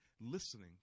listening